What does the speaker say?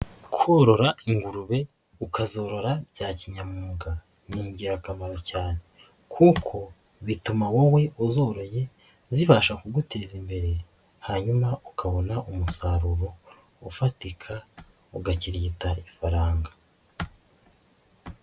Korora ingurube ukazorora bya kinyamwuga ni ingirakamaro cyane, kuko bituma wowe uzoroye zibasha kuguteza imbere hanyuma ukabona umusaruro ufatika ugakirigita ifaranga.